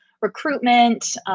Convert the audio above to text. Recruitment